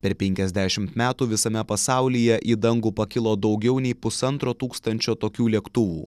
per penkiasdešimt metų visame pasaulyje į dangų pakilo daugiau nei pusantro tūkstančio tokių lėktuvų